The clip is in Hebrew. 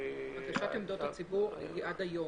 --- מסירת עמדות הציבור היא עד היום.